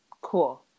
cool